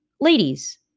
Ladies